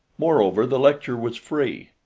moreover, the lecture was free.